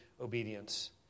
obedience